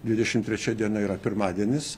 dvidešimt trečia diena yra pirmadienis